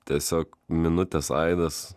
tiesiog minutės aidas